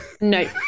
no